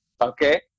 okay